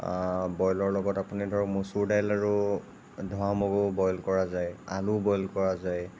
বইলৰ লগত আপুনি ধৰক মচুৰ দাইল আৰু ধৰা মগু বইল কৰা যায় আলু বইল কৰা যায়